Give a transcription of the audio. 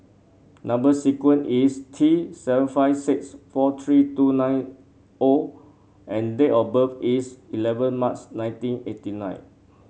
number sequence is T seven five six four three two nine O and date of birth is eleven March nineteen eighty nine